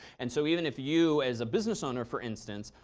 and so even if you as a business owner, for instance,